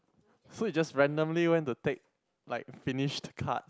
so you just randomly went to take like finished card